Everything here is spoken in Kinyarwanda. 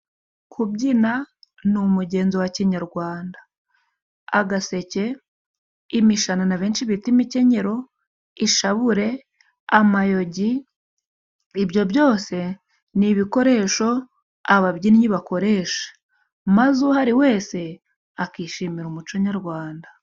Kubyina ni umugenzo wa kinyarwanda, agaseke imishanana benshi bita imikenyero, ishabure, amayogi, ibyo byose ni ibikoresho ababyinnyi bakoresha, maze uhari wese akishimira umuco nyarwanda.